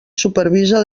supervisa